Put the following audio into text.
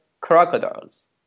crocodiles